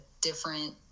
different